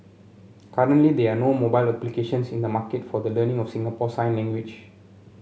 currently there are no mobile applications in the market for the learning of Singapore sign language